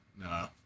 no